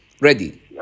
Ready